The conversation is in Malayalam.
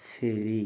ശരി